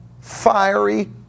fiery